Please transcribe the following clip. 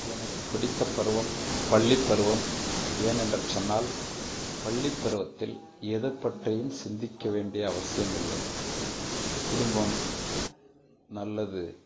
எனக்கு பிடித்த பருவம் பள்ளிப்பருவம் ஏனென்று சொன்னால் பள்ளிப்பருவத்தில் எது பற்றியும் சிந்திக்க வேண்டிய அவசியமில்லை குடும்பம் நல்லது